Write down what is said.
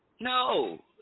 No